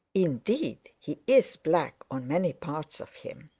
indeed he is black on many parts of him.